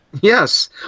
Yes